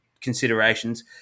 considerations